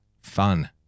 fun